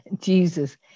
Jesus